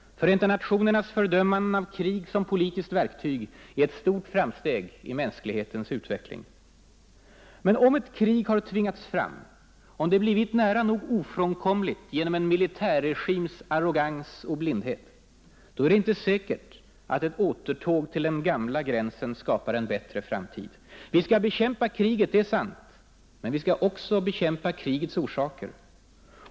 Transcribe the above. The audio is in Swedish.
Förenta nationernas fördömande av krig som politiskt verktyg är ett stort framsteg i mänsklighetens utveckling. Men om ett krig har tvingats fram, blivit nära nog ofrånkomligt genom en militärregims arrogans och blindhet, är det inte säkert att återtåg till den gamla gränsen skapar en bättre framtid. Vi skall bekämpa kriget, det är sant, men vi skall också bekämpa krigets orsaker.